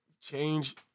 Change